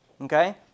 okay